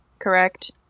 Correct